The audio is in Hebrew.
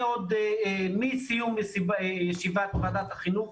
מסיום ישיבת ועדת החינוך,